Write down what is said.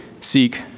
seek